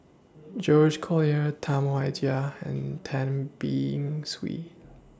George Collyer Tam Wai Jia and Tan Be in Swee